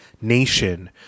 nation